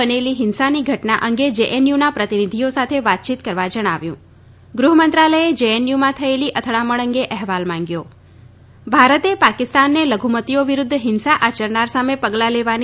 બનેલી હિંસાની ઘટના અંગે જેએનયુના પ્રતિનિધિઓ સાથે વાતચીત કરવા જણાવ્યું ગૃહમંત્રાલયે જેએનયુમાં થયેલી અથડામણ અંગે અહેવાલ માંગ્યો ભારતે પાકિસ્તાનને લધુમતિઓ વિરુદ્ધ હિંસા આચરનાર સામે પગલાં લેવાની